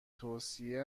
توصیه